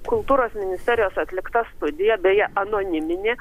kultūros ministerijos atlikta studija beje anoniminė